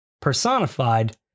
Personified